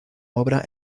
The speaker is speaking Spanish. obra